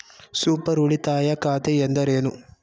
Super ಉಳಿತಾಯ ಖಾತೆ ಎಂದರೇನು?